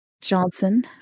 Johnson